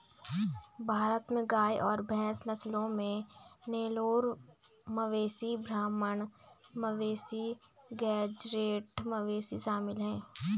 भारत में गाय और भैंस नस्लों में नेलोर मवेशी ब्राह्मण मवेशी गेज़रैट मवेशी शामिल है